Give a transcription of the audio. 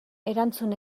erantzun